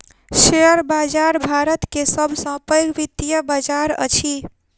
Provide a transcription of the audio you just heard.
share बाजार भारत के सब सॅ पैघ वित्तीय बजार अछि